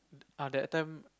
ah that time